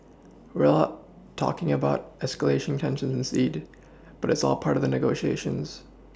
we all talking about escalation tensions indeed but it's all part of the negotiations